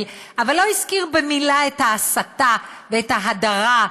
אבל לא הזכיר במילה את ההסתה ואת ההדרה,